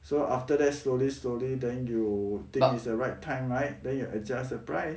so after that slowly slowly then you think is the right time right then you adjust the price